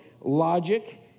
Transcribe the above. logic